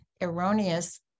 erroneous